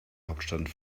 hauptstadt